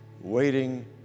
waiting